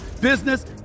business